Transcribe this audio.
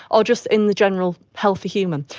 or just in the general healthy human.